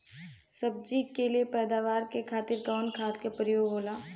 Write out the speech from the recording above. सब्जी के लिए पैदावार के खातिर कवन खाद के प्रयोग होला?